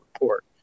report